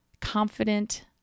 confident